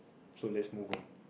so let's move on